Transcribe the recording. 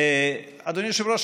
אדוני היושב-ראש,